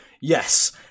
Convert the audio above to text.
Yes